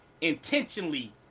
intentionally